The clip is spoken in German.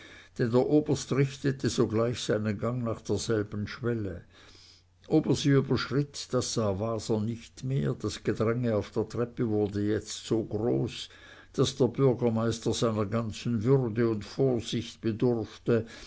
der oberst richtete sogleich seinen gang nach derselben schwelle ob er sie überschritt das sah waser nicht mehr das gedränge auf der treppe wurde jetzt so groß daß der bürgermeister seiner ganzen würde und vorsicht bedurfte